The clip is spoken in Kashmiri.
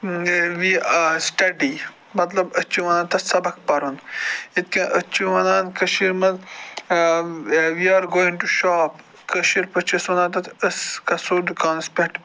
وِی آر سٕٹَدی مطلب أسۍ چھِ وَنان تتھ سبق پَرُن یِتھ کٔنۍ أسۍ چھِ وَنان کٔشیٖرِ منٛز we are going to shop کٲشٕر پٲٹھۍ چھِ أسۍ وَنان تتھ أسۍ گَژھو دُکانس پٮ۪ٹھ